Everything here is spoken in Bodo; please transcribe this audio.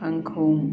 आंखौ